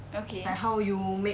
okay